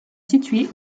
situés